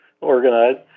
organized